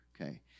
okay